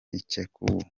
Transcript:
ikechukwu